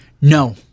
no